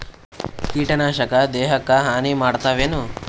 ಕೀಟನಾಶಕ ದೇಹಕ್ಕ ಹಾನಿ ಮಾಡತವೇನು?